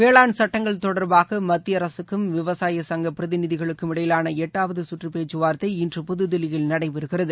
வேளாண் சட்டங்கள் தொடர்பாக மத்திய அரசுக்கும் விவசாய சங்க பிரதிநிதிகளுக்கும் இடையிலான எட்டாவது கற்று பேச்சுவார்த்தை இன்று புதுதில்லியில் நடைபெறுகிறது